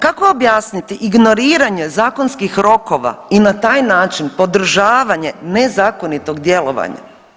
Kako objasniti ignoriranje zakonskih rokova i na taj način podržavanje nezakonitog djelovanja?